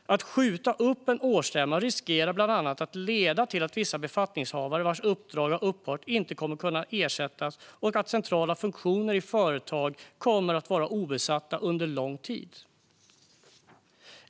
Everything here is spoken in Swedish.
Att skjuta upp en årsstämma riskerar bland annat att leda till att vissa befattningshavare vilkas uppdrag har upphört inte kommer att kunna ersättas och att centrala funktioner i företag kommer att vara obesatta under lång tid.